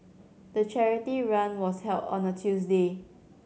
the charity run was held on a Tuesday